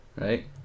right